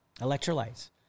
electrolytes